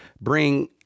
bring